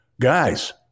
guys